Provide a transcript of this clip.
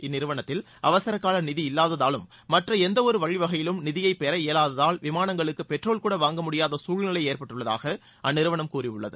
இந்நிறுவனத்தில் அவசரகால நிதி இல்லாததாலும் மற்ற எந்தவொரு வழிவகையிலும் நிதியை பெற இயலாததால் விமானங்களுக்கு பெட்ரோல்கூட வாங்க முடியாத சூழ்நிலை ஏற்பட்டுள்ளதாக அந்நிறுவனம் கூறியுள்ளது